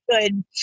good